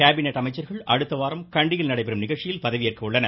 cabinet அமைச்சர்கள் அடுத்தவாரம் கண்டியில் நடைபெறும் நிகழ்ச்சியில் பதவியேற்க உள்ளன்